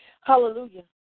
Hallelujah